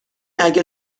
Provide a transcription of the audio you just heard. اگه